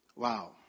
Wow